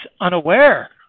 unaware